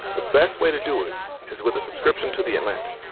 the best way to do it is with a subscription to the atlantic.